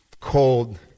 cold